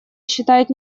считает